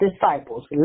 disciples